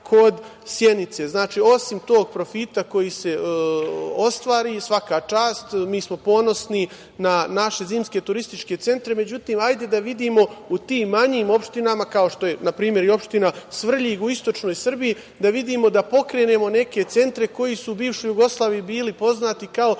kod Sjenice. Znači, osim tog profita koji se ostvari, svaka čast, mi smo ponosni na naše zimske turističke centre, međutim hajde da vidimo u tim manjim opštinama, kao što je, na primer, i opština Svrljig u istočnoj Srbiji, da vidimo da pokrenemo neke centre koji su u bivšoj Jugoslaviji bili poznati kao